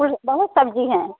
और बहुत सब्ज़ी है